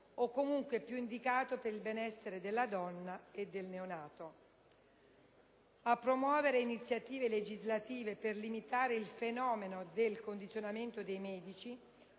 o comunque più indicato per il benessere della donna e del neonato; a promuovere iniziative legislative per limitare il fenomeno del condizionamento dei medici,